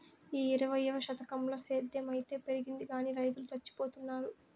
ఈ ఇరవైవ శతకంల సేద్ధం అయితే పెరిగింది గానీ రైతులు చచ్చిపోతున్నారు